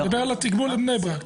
נדבר על התגבור לבני ברק,